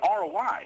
ROI